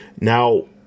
Now